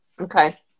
Okay